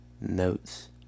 notes